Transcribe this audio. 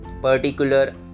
particular